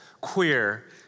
queer